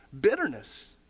bitterness